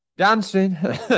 Dancing